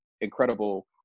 incredible